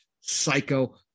psycho